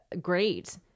great